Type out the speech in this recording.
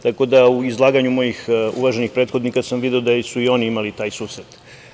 Tako da u izlaganju mojih uvaženih prethodnika sam video da su i oni imali taj susret.